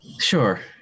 Sure